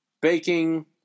Baking